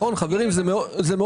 נכון חברים, זה מאוד פשוט.